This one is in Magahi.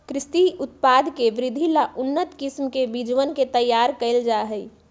कृषि उत्पाद के वृद्धि ला उन्नत किस्म के बीजवन के तैयार कइल जाहई